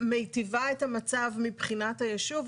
מיטיבה את המצב מבחינת היישוב,